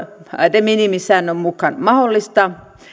de minimis säännön mukaan mahdollista